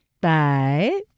Bye